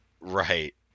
Right